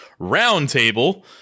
Roundtable